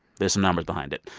there's some numbers behind it.